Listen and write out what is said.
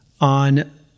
on